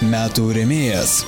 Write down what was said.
metų rėmėjas